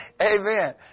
Amen